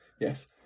yes